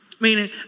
Meaning